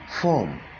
form